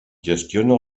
gestiona